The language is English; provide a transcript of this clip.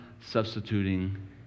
substituting